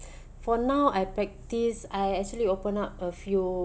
for now I practise I actually open up a few